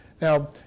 Now